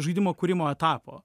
žaidimo kūrimo etapo